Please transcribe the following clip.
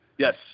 Yes